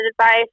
advice